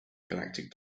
galactic